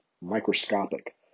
microscopic